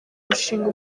umushinga